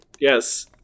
yes